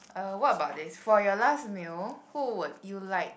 uh what bout this for your last meal who would you like do